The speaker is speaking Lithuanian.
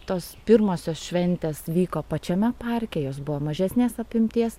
tos pirmosios šventės vyko pačiame parke jos buvo mažesnės apimties